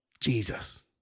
Jesus